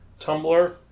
Tumblr